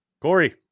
Corey